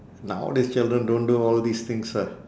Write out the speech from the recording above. nowadays children don't do all these things ah